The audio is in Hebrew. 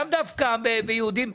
לאו דווקא יהודים.